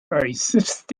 äußerst